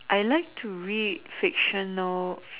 I like to read fiction note